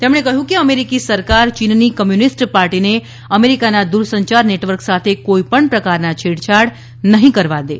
તેમણે કહ્યું કે અમેરીકી સરકાર ચીનની કમ્યુનિસ્ટ પાર્ટીને અમેરીકાના દુરસંચાર નેટવર્ક સાથે કોઇપણ પ્રકારના છેડછાડ નહી કરવા દે